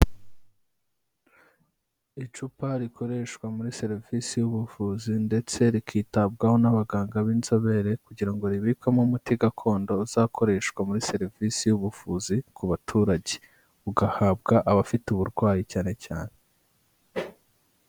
Icupa rikoreshwa muri serivisi y'ubuvuzi ndetse rikitabwaho n'abaganga b'inzobere kugira ngo ribikwemo umuti gakondo uzakoreshwa muri serivisi y'ubuvuzi ku baturage, ugahabwa abafite uburwayi cyane cyane.